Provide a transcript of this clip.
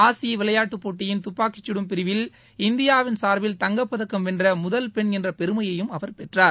ஆசிய விளையாட்டுப்போட்டியின் துப்பாக்கிச்சுடம் பிரிவில் இந்தியாவின் சார்பில் தங்கப்பதக்கம் வென்ற முதல் பெண் என்ற பெருமையையும் அவர் பெற்றார்